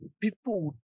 people